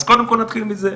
אז קודם כל נתחיל מזה.